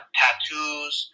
tattoos